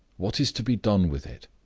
what is to be done with it?